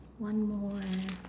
one more eh